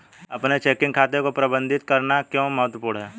अपने चेकिंग खाते को प्रबंधित करना क्यों महत्वपूर्ण है?